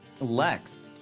Lex